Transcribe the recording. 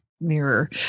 mirror